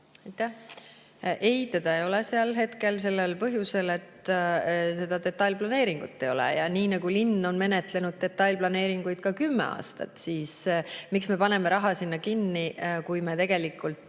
Ei, ta ei ole seal hetkel, ja sellel põhjusel, et seda detailplaneeringut ei ole ja linn on menetlenud detailplaneeringuid ka kümme aastat. Miks me paneme raha sinna alla kinni, kui me tegelikult